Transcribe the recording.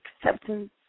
Acceptance